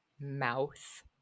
mouth